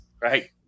Right